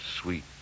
sweet